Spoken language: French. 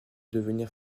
devenir